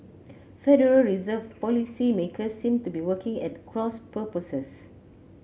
Federal Reserve policymakers seem to be working at cross purposes